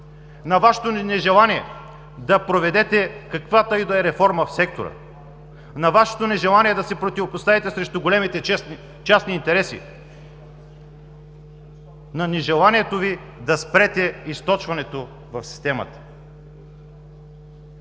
на Вашето нежелание да проведете каквато и да е реформа в сектора, на Вашето нежелание да се противопоставите срещу големите частни интереси, на нежеланието Ви да спрете източването в системата.